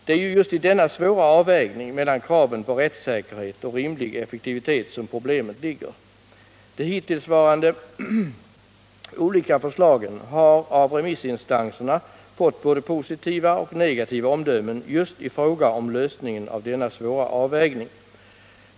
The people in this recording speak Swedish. Det är ju just i denna svåra avvägning mellan kraven på rättssäkerhet och rimlig effektivitet som problemet ligger. De hittillsvarande olika förslagen har av remissinstanserna fått både positiva och negativa omdömen just i fråga om lösningen av denna svåra avvägning.